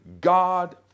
God